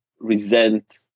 resent